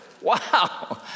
Wow